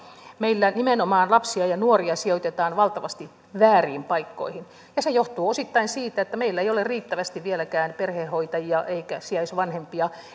meillä nimenomaan lapsia ja nuoria sijoitetaan valtavasti vääriin paikkoihin ja se johtuu osittain siitä että meillä ei ole vieläkään riittävästi perhehoitajia eikä sijaisvanhempia